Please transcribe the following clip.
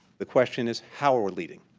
the question is how are we leading?